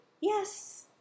Yes